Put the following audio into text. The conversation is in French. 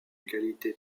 qualité